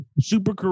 super